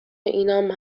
اینم